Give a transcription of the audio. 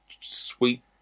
sweet